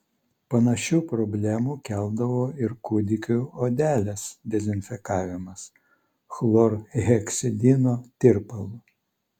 panašių problemų keldavo ir kūdikių odelės dezinfekavimas chlorheksidino tirpalu